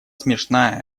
смешная